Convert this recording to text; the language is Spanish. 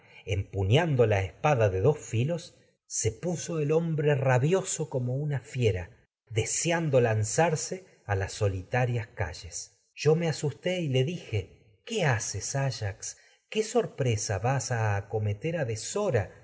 empu la espada de dos filos puso el hombre rabioso tragedias de sófocles como una fiera deseando lanzarse a y las solitarias calles yo me asusté le dije qué haces ayax qué em presa vas a marte acometer a deshora